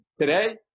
today